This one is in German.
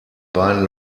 beiden